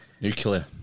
Nuclear